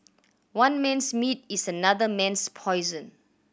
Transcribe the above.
one man's meat is another man's poison